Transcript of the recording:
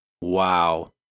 Wow